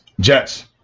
Jets